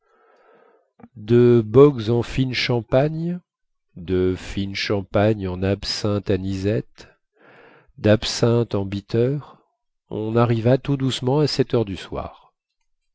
de bocks en fines champagnes de fines champagnes en absinthes anisettes dabsinthes en bitters on arriva tout doucement à sept heures du soir